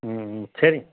ம் ம் சரிங்க